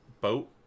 boat